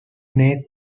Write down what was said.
snakes